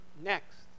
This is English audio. next